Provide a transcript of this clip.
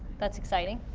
that's exciting.